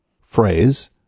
phrase